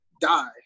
die